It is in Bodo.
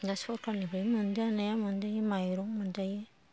सरकारनिफ्रायनो मोनजा नाया मोनजायो माइरं मोनजायो